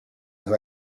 who